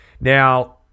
Now